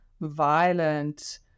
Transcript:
violent